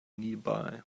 nearby